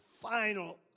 final